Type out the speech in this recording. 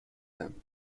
them